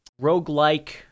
roguelike